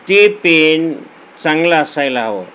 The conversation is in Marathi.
ते पेन चांगलं असायला हवं